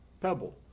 pebble